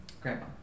Grandma